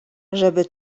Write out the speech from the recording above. żeby